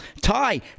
tie